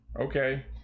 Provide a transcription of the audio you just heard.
Okay